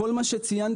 כל מה שציינתי,